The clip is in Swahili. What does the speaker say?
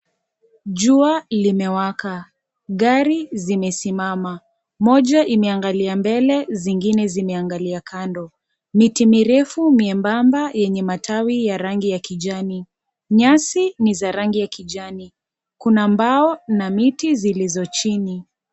Jua limewaka, gari zimesimama, moja imeangalia mbele. zingine zimeangalia kando. Miti mirefu miembamba yenye matawi ya rangi ya kijani. Nyasi ni za rangi ya kijani, kuna mbao na miti zilizo chini.